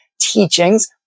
teachings